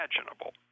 imaginable